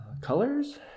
Colors